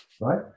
Right